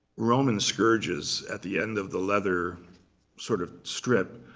roman scourges, at the end of the leather sort of strip,